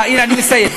אני מסיים.